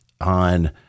on